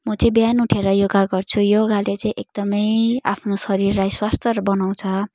म चाहिँ बिहान उठेर योगा गर्छु योगाले चाहिँ एकदमै आफ्नो शरीरलाई स्वस्थ बनाउँछ